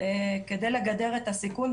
כדי לגדר את הסיכון.